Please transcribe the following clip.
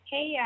Hey